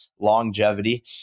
longevity